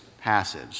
passage